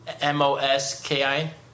M-O-S-K-I